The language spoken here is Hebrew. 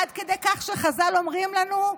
עד כדי כך שחז"ל אומרים לנו: